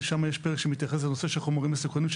ושם יש פרק שמתייחס לנושא של חומרים מסוכנים,